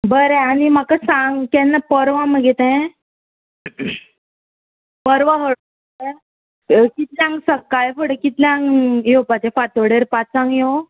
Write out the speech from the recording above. बरें आनी म्हाका सांग केन्ना परवां मगे तें परवां हळ कितल्यांक सकाळीं फुडें कितल्यांक येवपाचें फांतोडेर पांचांक योवं